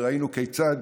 וראינו כיצד